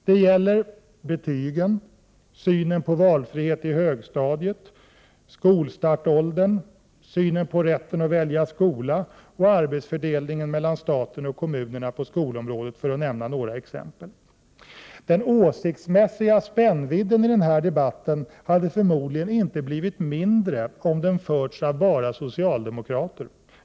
Det gäller betygen, synen på valfrihet i högstadiet, skolstartåldern, synen på rätten att välja skola och arbetsfördelningen mellan staten och kommunerna på skolområdet, för att nämna några exempel. Den åsiktsmässiga spännvidden i den här debatten hade förmodligen inte blivit mindre om den förts av bara socialdemokrater.